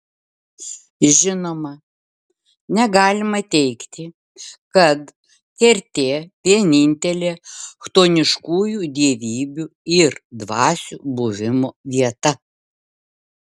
žinoma negalima teigti kad kertė vienintelė chtoniškųjų dievybių ir dvasių buvimo vieta